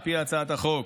על פי הצעת החוק,